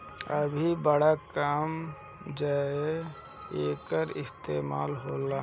अभी बड़ा कम जघे एकर इस्तेमाल होला